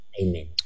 Amen